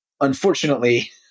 Unfortunately